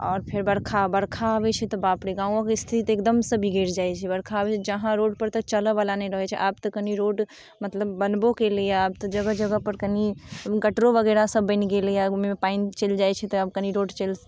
आओर फेर बरखा बरखा अबै छै तऽ बाप रे गामोके इस्थिति एकदमसँ बिगड़ि जाइ छै बरखा अबै छै तऽ जहाँ रोडपर चलऽवला नहि रहै छै आब तऽ कनि रोड मतलब बनबो कएलै हेँ आब तऽ जगह जगहपर कनि कटरो वगैरहसब बनि गेलै हेँ ओहिमे पानि चलि जाइ छै तऽ आब कनि रोड